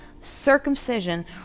circumcision